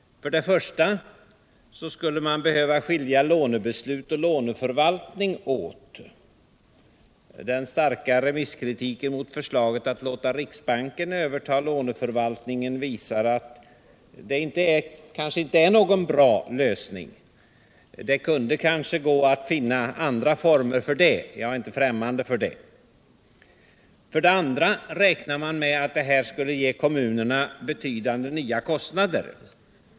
För det första skulle man behöva skilja lånebeslut och låneförvaltning åt. Den starka remisskritiken mot förslaget att låta riksbanken överta låneförvaltningen visar att det kanske inte är någon bra lösning. Det kunde kanske gå att finna andra former. Jag är inte främmmande för det. För det andra räknar man med att det här skulle förorsaka kommunerna betydande nya kostnader.